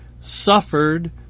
suffered